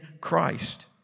Christ